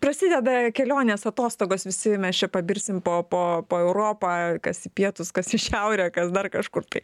prasideda kelionės atostogos visi mes čia pabirsim po po po europą kas į pietus kas į šiaurę kas dar kažkur tai